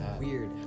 weird